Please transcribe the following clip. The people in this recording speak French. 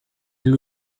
elle